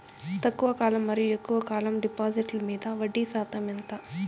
తక్కువ కాలం మరియు ఎక్కువగా కాలం డిపాజిట్లు మీద వడ్డీ శాతం ఎంత?